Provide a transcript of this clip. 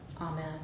Amen